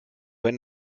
wenn